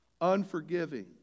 Unforgiving